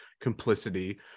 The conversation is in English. complicity